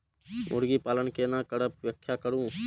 मुर्गी पालन केना करब व्याख्या करु?